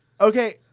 okay